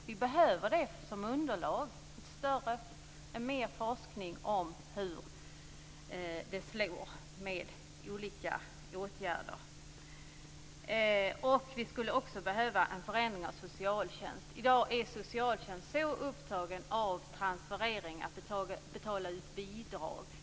Det behövs mer forskning om hur olika åtgärder slår. Vi skulle behöva en förändring av socialtjänsten. I dag är socialtjänsten så upptagen av transfereringar, dvs. att betala ut bidrag.